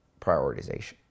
prioritization